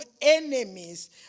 enemies